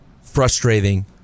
frustrating